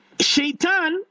Shaitan